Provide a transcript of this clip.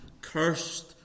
cursed